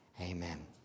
Amen